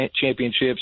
championships